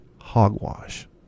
hogwash